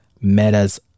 Meta's